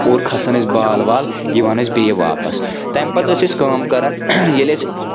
اور کھسان أسۍ بال وال یِوان ٲسۍ بیٚیہِ واپس تَمہِ پَتہٕ ٲسۍ أسۍ کٲم کران ییٚلہِ أسۍ